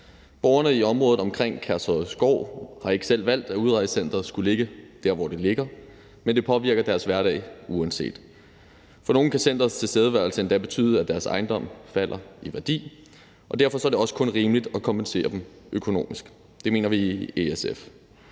Borgerne i området omkring Kærshovedgård har ikke selv valgt, at udrejsecenteret skulle ligge der, hvor det ligger, men det påvirker deres hverdag uanset. For nogle kan centerets tilstedeværelse endda betyde, at deres ejendom falder i værdi, og derfor er det også kun rimeligt at kompensere dem økonomisk. Det mener vi i SF.